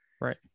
Right